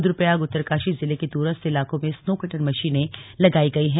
रूद्रप्रयाग उत्तरकाशी जिले के दूरस्थ इलाकों में स्नोकटर मशीनें लगायीं गयी हैं